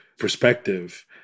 perspective